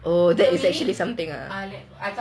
oh that is actually something ah